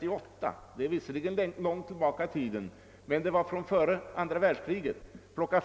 minns fel. Det är visserligen långt tillbaka i tiden, innan andra världskriget brutit ut.